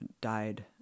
died